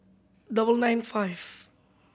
double nine five